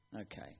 Okay